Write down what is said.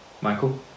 Michael